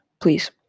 please